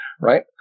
right